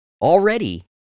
Already